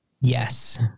Yes